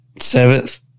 seventh